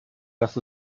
lass